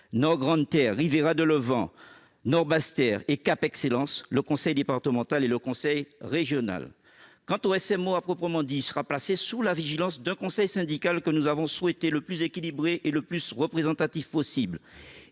Nord Grande-Terre, Riviera de Levant, Nord Basse-Terre et CAP Excellence, le conseil départemental et le conseil régional. Le SMO proprement dit sera placé sous la vigilance d'un conseil syndical que nous avons souhaité le plus équilibré et le plus représentatif possible